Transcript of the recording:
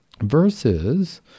versus